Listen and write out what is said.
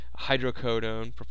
hydrocodone